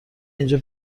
اینجا